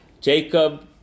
Jacob